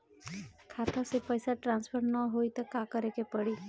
खाता से पैसा ट्रासर्फर न होई त का करे के पड़ी?